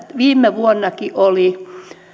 viime vuonnakin oli